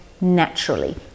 naturally